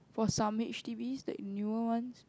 for some H_D_Bs that newer ones